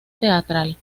teatral